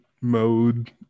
mode